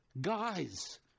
guys